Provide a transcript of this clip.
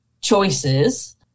choices